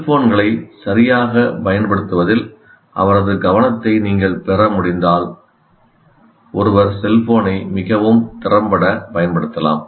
செல்போன்களை சரியாகப் பயன்படுத்துவதில் அவரது கவனத்தை நீங்கள் பெற முடிந்தால் ஒருவர் செல்போனை மிகவும் திறம்பட பயன்படுத்தலாம்